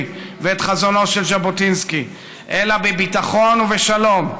ואת חזונו של ז'בוטינסקי אלא בביטחון ובשלום,